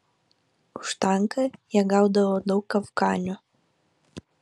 už tanką jie gaudavo daug afganių